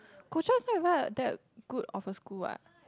Kuo Chuan is not even like what that good of a school what